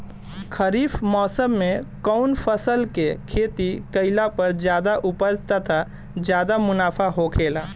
खरीफ़ मौसम में कउन फसल के खेती कइला पर ज्यादा उपज तथा ज्यादा मुनाफा होखेला?